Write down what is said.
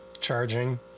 charging